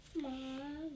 mom